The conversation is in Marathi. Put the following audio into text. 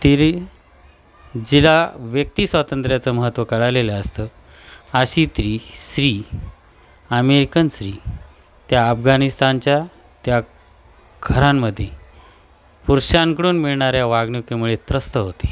तिला जिला व्यक्ती स्वातंत्र्याचं महत्त्व कळालेलं असतं अशी ती स्त्री अमेरिकन स्त्री त्या अफगाणिस्तानच्या त्या घरांमध्ये पुरुषांकडून मिळणाऱ्या वागणुकीमुळे त्रस्त होते